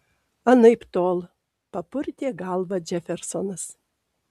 anaiptol papurtė galvą džefersonas